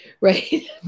right